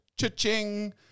cha-ching